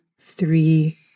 three